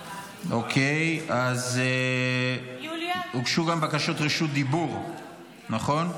אז הוגשו גם בקשות רשות דיבור, נכון?